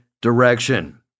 direction